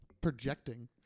projecting